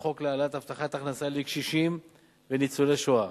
החוק להעלאת הבטחת ההכנסה לקשישים וניצולי השואה.